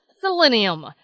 selenium